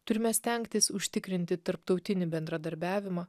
turime stengtis užtikrinti tarptautinį bendradarbiavimą